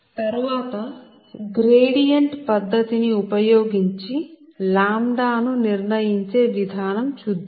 తరువాత గ్రేడియంట్ పద్ధతి ని ఉపయోగించి λ ను నిర్ణయించే విధానం చూద్దాము